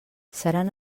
seran